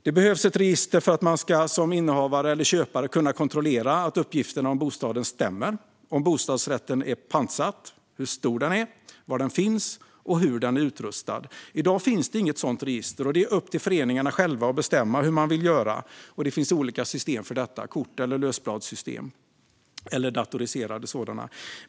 Det behövs ett register för att man som innehavare eller köpare ska kunna kontrollera att uppgifterna om bostaden stämmer - om bostadsrätten är pantsatt, hur stor den är, var den finns och hur den är utrustad. I dag finns det inget sådant register, och det är upp till föreningarna själva att bestämma hur de vill göra. Det finns olika system för detta - kort, lösbladssystem eller datoriserade sådana.